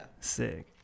Sick